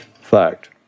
fact